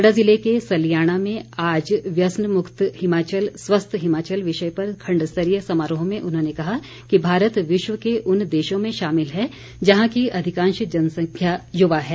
कांगड़ा जिले के सलियाणा में आज व्यसनमुक्त हिमाचल स्वस्थ हिमाचल विषय पर खण्डस्तरीय समारोह में उन्होंने कहा कि भारत विश्व के उन देशों में शामिल है जहां की अधिकांश जनसंख्या युवा है